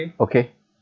okay